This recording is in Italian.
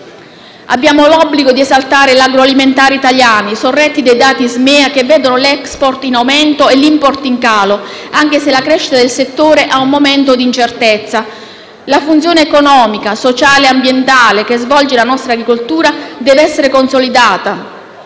Abbiamo l'obbligo di esaltare l'agroalimentare italiano, sorretti dai dati ISMEA che vedono l'*export* in aumento e l'*import* in calo, anche se la crescita del settore ha un momento di incertezza. La funzione economica, sociale e ambientale che svolge la nostra agricoltura deve essere consolidata,